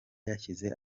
yashyize